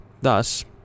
Thus